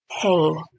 pain